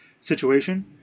situation